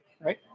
right